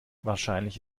wahrscheinlich